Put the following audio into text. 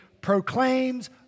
proclaims